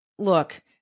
Look